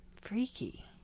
freaky